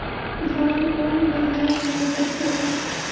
धान कोन महीना मे होथे?